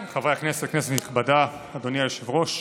הכנסת, כנסת נכבדה, אדוני היושב-ראש,